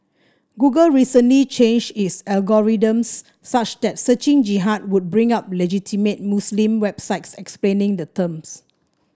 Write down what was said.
google recently changed its algorithms such that searching Jihad would bring up legitimate Muslim websites explaining the terms